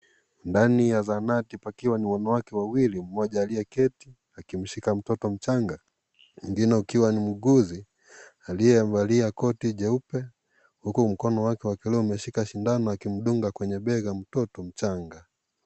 Ndani ya samawati pakiwa na wanawake wawili, mmoja aliyeketi akimshika mtoto mchanga, mwingine akiwa muuguzi aliyevalia koti jeupe huku mkono wake wa kulia umeshika sindano akimdunga kwenye bega mtoto mchanga.